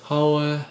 how eh